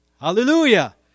Hallelujah